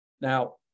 Now